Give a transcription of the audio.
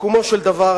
סיכומו של דבר,